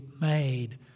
made